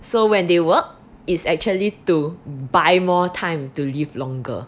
so when they work is actually to buy more time to live longer